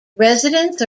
residents